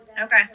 okay